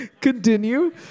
Continue